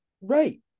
right